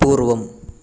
पूर्वम्